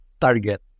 target